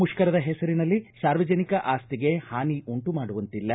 ಮುಷ್ಕರದ ಹೆಸರಿನಲ್ಲಿ ಸಾರ್ವಜನಿಕ ಆಸ್ತಿಗೆ ಹಾನಿ ಉಂಟು ಮಾಡುವಂತಿಲ್ಲ